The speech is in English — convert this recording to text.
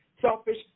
selfish